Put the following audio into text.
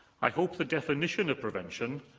i hope the definition of prevention,